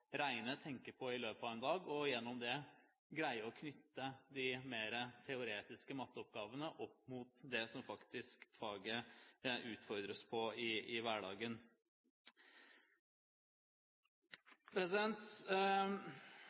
på i løpet av en dag, og gjennom det greie å knytte de mer teoretiske matteoppgavene opp mot det som man faktisk utfordres på i faget i hverdagen.